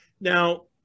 Now